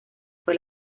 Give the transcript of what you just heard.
fue